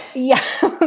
yeah.